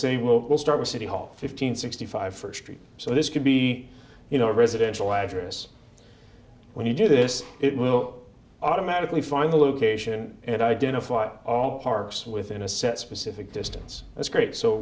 see we'll start with city hall fifteen sixty five first street so this could be you know a residential address when you do this it will automatically find the location and identified all parks within a set specific distance that's great so